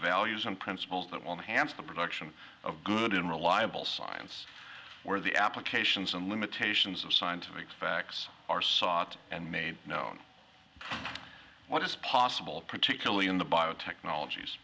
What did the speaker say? values and principles that will enhance the production of good and reliable science where the applications and limitations of scientific facts are sought and made known what is possible particularly in the biotechnologies